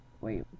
Wait